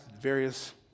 various